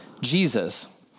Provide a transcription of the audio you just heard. Jesus